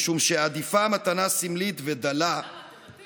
משום שעדיפה מתנה סמלית ודלה, למה?